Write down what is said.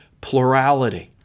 plurality